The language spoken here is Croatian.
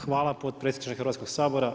Hvala potpredsjedniče Hrvatskog sabora.